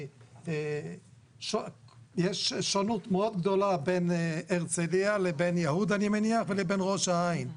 כי יש שונות מאוד גדולה בין הרצליה לבין יהוד אני מניח ולבין ראש העין.